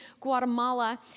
guatemala